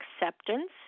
acceptance